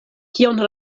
kion